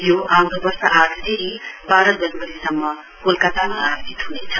यो आउँदो वर्ष आठदेखि बाह्र जनवरीसम्म कोलकातामा आयोजित हनेछ